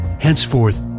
Henceforth